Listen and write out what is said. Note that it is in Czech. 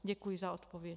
Děkuji za odpověď.